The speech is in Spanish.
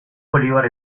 bolívar